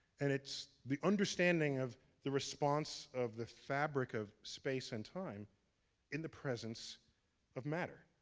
and it's the understanding of the response of the fabric of space and time in the presence of matter.